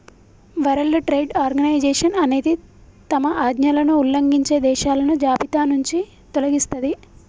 world trade organisation అనేది తమ ఆజ్ఞలను ఉల్లంఘించే దేశాలను జాబితానుంచి తొలగిస్తది